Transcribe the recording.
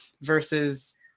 versus